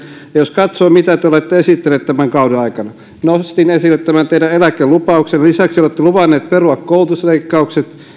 ja jos katsoo mitä te olette esittäneet tämän kauden aikana nostin esille teidän eläkelupauksenne lisäksi olette luvanneet perua koulutusleikkaukset